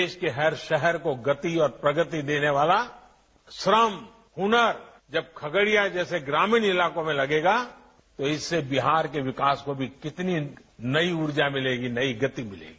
देश के हर शहर को गति और प्रगति देने वाला श्रम हुनर जब खगड़िया जैसे ग्रामीण इलाकों में लगेगा तो इससे बिहार के विकास को कितनी नई ऊर्जा मिलेगी नई गति मिलेगी